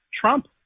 Trump